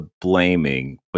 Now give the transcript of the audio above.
blaming